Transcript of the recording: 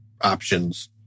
options